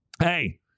Hey